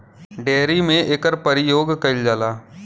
dairy में एकर परियोग कईल जाला